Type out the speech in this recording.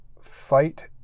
fight